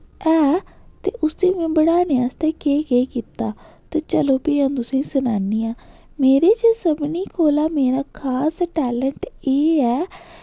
ऐ ते उस्सी में बढ़ाने आस्तै केह् केह् कीता ते चलो फ्ही अ'ऊं तुसें गी सनानी आं मेरे च सभनें कोला मेरा खास टैलंट एह् ऐ